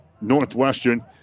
Northwestern